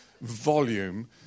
volume